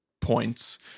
points